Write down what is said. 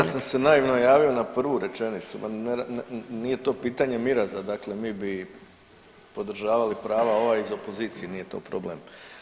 Ja sam se naivno javio na prvu rečenicu, nije to pitanje miraza, dakle mi bi podržavali i prava ova iz opozicije, nije to problem.